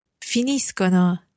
Finiscono